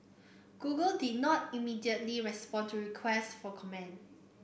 Google did not immediately respond to requests for comment